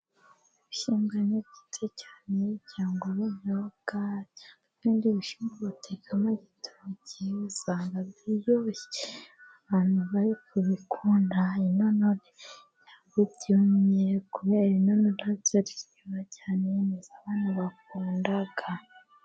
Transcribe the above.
Ibishyimbo ni byiza cyane, cyangwa ubunyobwa, cyangwa ibindi bishyimbo bateka mu gitoki, usanga biryoshye, abantu bari kubikunda, intonore cyangwa ibyumye, kubera intonore ari zo ziryoha cyane, ni zo abantu bakunda.